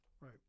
Right